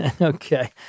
Okay